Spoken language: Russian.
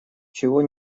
чего